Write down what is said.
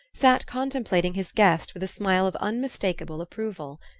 sat contemplating his guest with a smile of unmistakable approval.